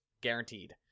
guaranteed